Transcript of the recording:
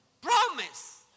promise